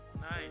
Nice